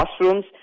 classrooms